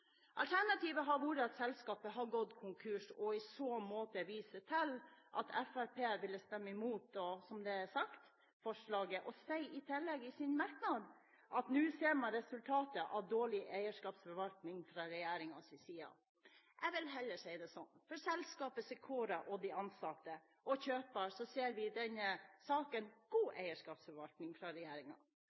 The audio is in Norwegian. Alternativet hadde vært at selskapet hadde gått konkurs. I så måte viser jeg til at Fremskrittspartiet ville, som det har vært sagt, stemme imot forslaget, og de sier i tillegg i sin merknad at man nå ser resultatet av dårlig eierskapsforvaltning fra regjeringens side. Jeg vil heller si det sånn: For selskapet Secora, de ansatte og kjøper ser vi i denne saken god eierskapsforvaltning fra